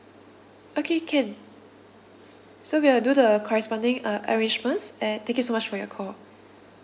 okay can so we will do the corresponding uh arrangements and thank you so much for your call